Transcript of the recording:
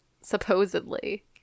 supposedly